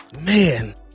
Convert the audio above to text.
man